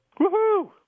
Woohoo